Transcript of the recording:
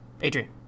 Adrian